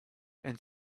and